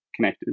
connectors